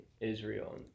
Israel